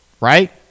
right